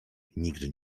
nigdy